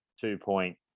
two-point